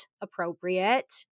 appropriate